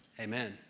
Amen